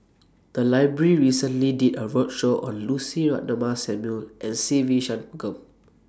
The Library recently did A roadshow on Lucy Ratnammah Samuel and Se Ve Shanmugam